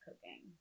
cooking